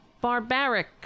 Barbaric